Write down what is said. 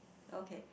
okay